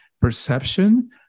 perception